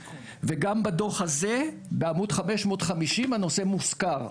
גם בדוח הזה בעמוד 550 הנושא מוזכר,